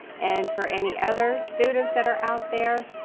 and for any other students that are out there,